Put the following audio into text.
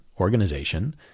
organization